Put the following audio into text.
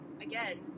again